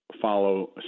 follow